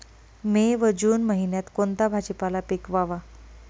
मे व जून महिन्यात कोणता भाजीपाला पिकवावा?